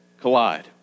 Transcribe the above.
collide